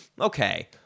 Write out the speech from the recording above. okay